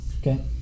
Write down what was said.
Okay